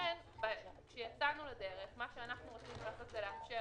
כשיצאנו לדרך רצינו לאפשר